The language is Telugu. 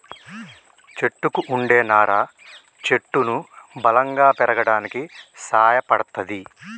చెట్టుకు వుండే నారా చెట్టును బలంగా పెరగడానికి సాయపడ్తది